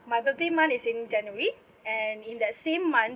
my birthday month is in january and in that same month